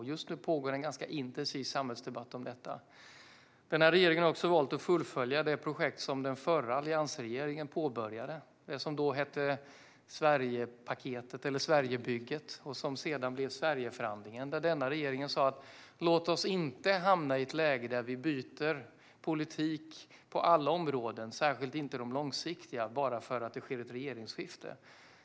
Just nu pågår en ganska intensiv samhällsdebatt om detta. Svar på interpellationer Regeringen har också valt att fullfölja det projekt som den förra regeringen, alliansregeringen, påbörjade. Det hette då Sverigebygget, och det blev sedan Sverigeförhandlingen, där denna regering sa: Låt oss inte hamna i ett läge där vi byter politik på alla områden, särskilt inte de långsiktiga, bara för att det sker ett regeringsskifte!